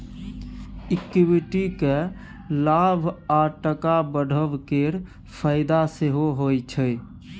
equity केँ लाभ आ टका बढ़ब केर फाएदा सेहो होइ छै